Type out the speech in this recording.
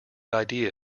idea